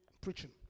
Preaching